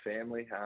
family